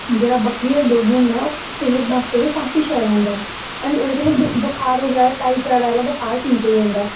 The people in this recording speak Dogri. जेह्ड़ा बक्करियें दा दुद्ध होंदा ऐ ओह् सेह्त बास्तै बी काफी स्हेई होंदा ऐ एंड ओह्दे कन्नै बखार बगैरा टाइफाइड आह्ला बखार ठीक होई जंदा ऐ